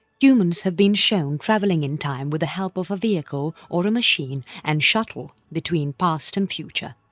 humans have been shown travelling in time with the help of a vehicle or a machine and shuttle between past and future,